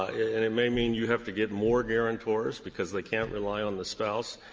and it may mean you have to get more guarantors because they can't rely on the spouse.